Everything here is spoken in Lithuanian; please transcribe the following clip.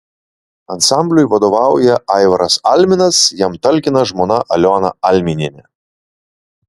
ansambliui vadovauja aivaras alminas jam talkina žmona aliona alminienė